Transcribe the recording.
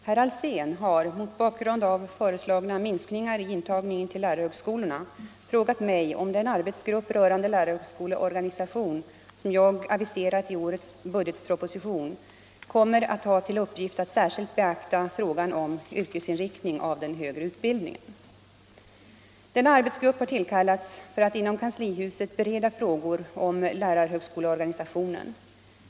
Herr talman! Herr Alsén har, mot bakgrund av föreslagna minskningar i intagningen till lärarhögskolorna, frågat mig om den arbetsgrupp rörande lärarhögskoleorganisation som jag har aviserat i årets budgetproposition kommer att ha till uppgift att särskilt beakta frågan om yrkesinriktningen av den högre utbildningen. Denna arbetsgrupp har tillkallats för att inom kanslihuset bereda frågor om lärarhögskoleorganisationen.